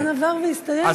הזמן עבר והסתיים, אתה רואה.